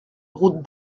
route